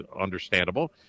understandable